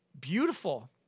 beautiful